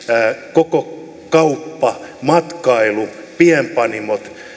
koko kauppa matkailu pienpanimot